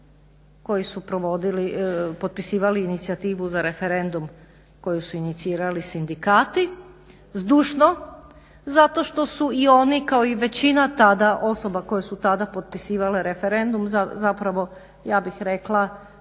koji su, potpisivali inicijativu za referendum koji su inicirali sindikati zdušno zato što su i oni kao i većina tada osoba koje su tada potpisivale referendum zapravo ja bih rekla